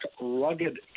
rugged